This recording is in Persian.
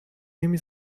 نمی